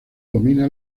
domina